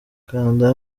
kanda